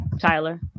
Tyler